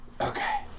Okay